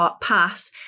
path